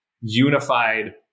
unified